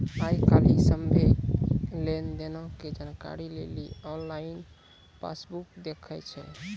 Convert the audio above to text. आइ काल्हि सभ्भे लेन देनो के जानकारी लेली आनलाइन पासबुक देखै छै